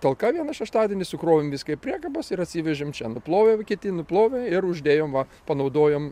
talka vieną šeštadienį sukrovėm viską į priekabas ir atsivežėm čia nuploviau kiti nuplovė ir uždėjom va panaudojom